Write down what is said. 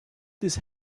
this